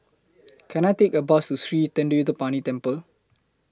Can I Take A Bus to Sri Thendayuthapani Temple